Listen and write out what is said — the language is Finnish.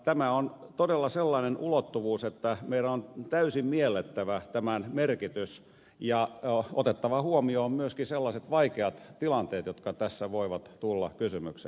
tämä on todella sellainen ulottuvuus että meidän on täysin miellettävä tämän merkitys ja otettava huomioon myöskin sellaiset vaikeat tilanteet jotka tässä voivat tulla kysymykseen